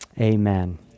amen